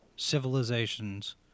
civilizations